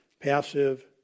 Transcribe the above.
passive